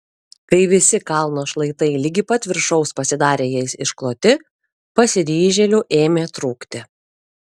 kai visi kalno šlaitai ligi pat viršaus pasidarė jais iškloti pasiryžėlių ėmė trūkti